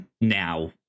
now